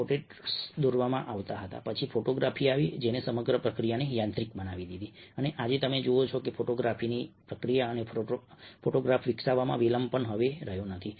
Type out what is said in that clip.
portraits દોરવામાં આવતા હતા પછી ફોટોગ્રાફી આવી જેણે સમગ્ર પ્રક્રિયાને યાંત્રિક બનાવી દીધી અને આજે તમે જુઓ છો કે ફોટોગ્રાફીની પ્રક્રિયા અને ફોટોગ્રાફ વિકસાવવામાં વિલંબ પણ હવે રહ્યો નથી